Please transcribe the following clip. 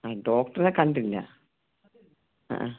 ഡോക്ടറിനെ കണ്ടില്ല ആ